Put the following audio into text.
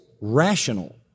rational